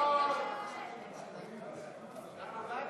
הודעת